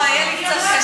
לא, יהיה לי קצת קשה.